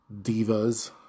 divas